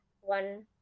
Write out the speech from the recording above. one